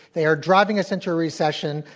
they are driving us into recession,